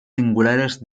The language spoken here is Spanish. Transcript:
singulares